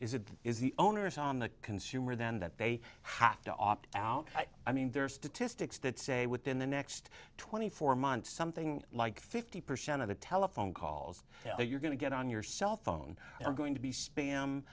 is it is the owners on the consumer then that they have to opt out i mean there are statistics that say within the next twenty four months something like fifty percent of the telephone calls that you're going to get on your cell phone i'm going to be spam